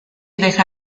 deja